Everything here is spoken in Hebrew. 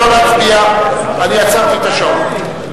לא להצביע, אני עצרתי את השעון.